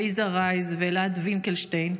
עליזה רייז ואלעד וינקלשטיין,